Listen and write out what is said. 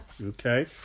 Okay